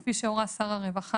כפי שהורה שר הרווחה,